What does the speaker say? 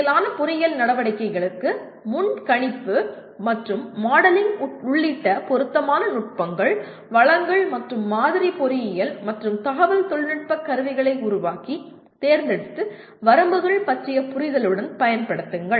சிக்கலான பொறியியல் நடவடிக்கைகளுக்கு முன்கணிப்பு மற்றும் மாடலிங் உள்ளிட்ட பொருத்தமான நுட்பங்கள் வளங்கள் மற்றும் மாதிரி பொறியியல் மற்றும் தகவல் தொழில்நுட்ப கருவிகளை உருவாக்கி தேர்ந்தெடுத்து வரம்புகள் பற்றிய புரிதலுடன் பயன்படுத்துங்கள்